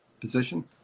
position